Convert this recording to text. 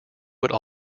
would